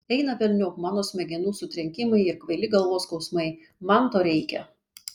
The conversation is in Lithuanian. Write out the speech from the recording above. eina velniop mano smegenų sutrenkimai ir kvaili galvos skausmai man to reikia